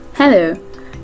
Hello